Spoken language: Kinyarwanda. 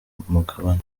mugabane